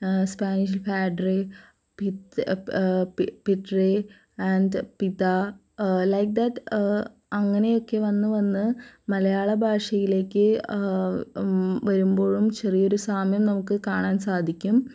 സ്പാനിഷിൽ പാഡ്രെ പ് പി പിഡ്രി ആൻഡ് പിതാ ലൈക് ദാറ്റ് അങ്ങനെയൊക്കെ വന്ന് വന്ന് മലയാള ഭാഷയിലേക്ക് വരുമ്പോഴും ചെറിയൊരു സാമ്യം നമുക്ക് കാണാൻ സാധിക്കും